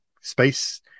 space